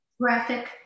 graphic